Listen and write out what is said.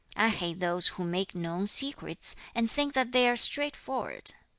i hate those who make known secrets, and think that they are straightforward